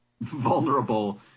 vulnerable